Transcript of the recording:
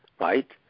right